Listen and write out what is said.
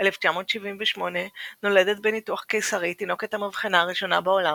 1978 נולדת בניתוח קיסרי תינוקת המבחנה הראשונה בעולם,